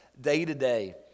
day-to-day